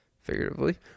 figuratively